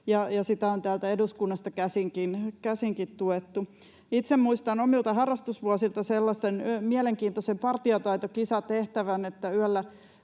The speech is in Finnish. sitä on täältä eduskunnasta käsinkin tuettu. Itse muistan omilta harrastusvuosiltani sellaisen mielenkiintoisen partiotaitokisatehtävän,